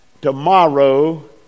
tomorrow